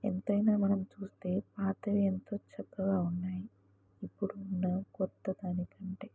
ఎంతైనా మనం చూస్తే పాతవి ఎంతో చక్కగా ఉన్నాయి ఇప్పుడు ఉన్న కొత్త దాని కంటే